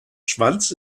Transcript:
schwanz